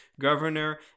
governor